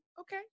okay